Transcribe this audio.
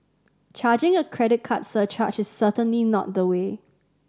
charging a credit card surcharge is certainly not the way